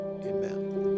Amen